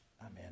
Amen